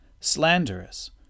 slanderous